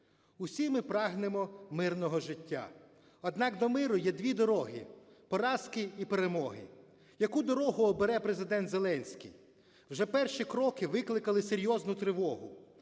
Усі ми прагнемо мирного життя. Однак, до миру є дві дороги: поразки і перемоги. Яку дорогу обере Президент Зеленський? Вже перші кроки викликали серйозну тривогу.